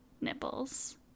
nipples